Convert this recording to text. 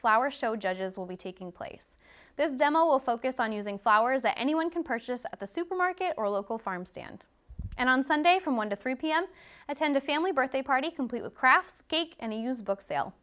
flower show judges will be taking place this demo will focus on using flowers that anyone can purchase at the supermarket or local farm stand and on sunday from one to three pm attend a family birthday party complete with crafts cake and a used book sale